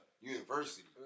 university